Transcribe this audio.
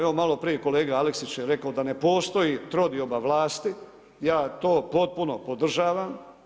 Evo malo prije je kolega Aleksić je rekao da ne postoji trodioba vlasti, ja to potpuno podržavam.